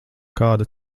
kāda